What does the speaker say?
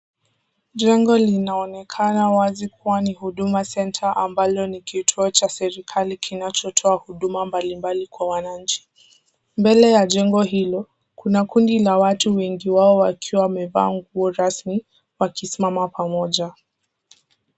Jengo linaonekana wazi kuwa ni Huduma Centre, ambalo ni kituo cha serikali kinachotoa huduma mbalimbali kwa wananchi. Mbele ya jengo hilo, kuna kundi la watu, wengi wao wakiwa wamevaa nguo rasmi, wakisimama pamoja.